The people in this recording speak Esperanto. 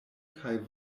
kaj